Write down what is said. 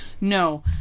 No